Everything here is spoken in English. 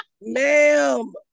Ma'am